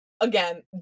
again